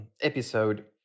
episode